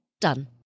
Done